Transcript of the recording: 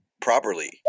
properly